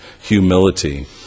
humility